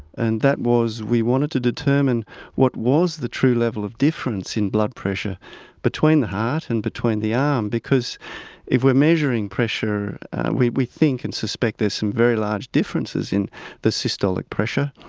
and that was we wanted to determine what was the true level of difference in blood pressure between the heart and between the arm because if we are measuring pressure we we think and suspect there's some very large differences in the systolic pressure.